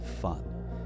fun